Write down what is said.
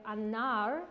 anar